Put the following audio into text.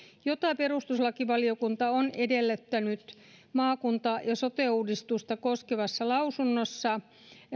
jota perustuslakivaliokunta on edellyttänyt maakunta ja sote uudistusta koskevassa lausunnossa